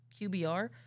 QBR